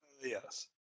yes